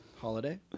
Holiday